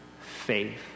faith